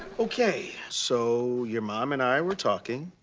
ok, so. your mom and i were talking.